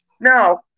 No